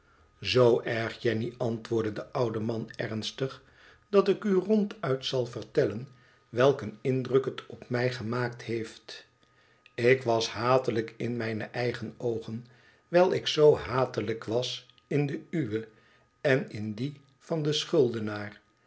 zoo erg jenny antwoordde de oude man ernstig dat ik u ronduit zal vertellen welk een indruk het op mij gemaakt heeft ik was hatelijk in mijne eigene oogen wijl ik zoo hatelijk was in de uwe en in die van den schuldenaar